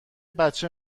بچه